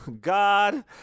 God